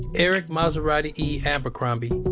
eric masterati e abercrombie,